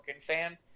fan